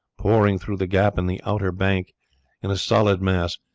pouring through the gap in the outer bank in a solid mass,